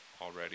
already